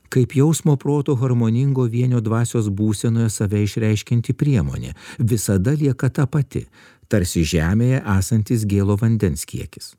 kaip jausmo proto harmoningo vienio dvasios būsenoje save išreiškianti priemonė visada lieka ta pati tarsi žemėje esantis gėlo vandens kiekis